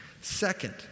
Second